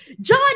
John